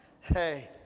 Hey